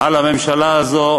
על הממשלה הזאת